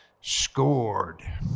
scored